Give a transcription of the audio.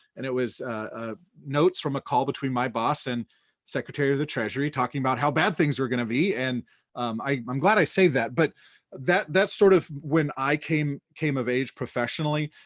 and it was ah notes from a call between my boss and secretary of the treasury talking about how bad things were gonna be. and i'm glad i saved that, but that that sort of when i came came of age professionally.